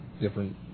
different